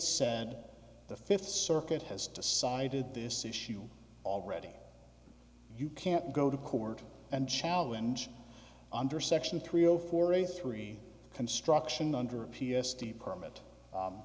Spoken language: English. said the fifth circuit has decided this issue already you can't go to court and challenge under section three zero four eight three construction under a p s t permit